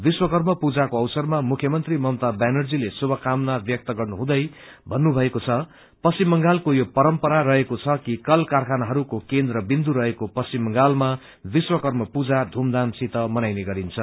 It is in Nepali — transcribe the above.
विश्वकर्मा पूजाको अवसरमा मुख्यमंत्री ममता व्यानर्जीले शुभकामना व्यक्त गर्नुहुँदै भन्नुभएको द पश्चिम बंगालको यो परम्परा रहेकोछ कि कल कारखानाहरूको केन्द्र विन्दु रहेको पश्चिम बंगालमा विश्वकर्मापूजा धूमधाम सित मलनाईन्छ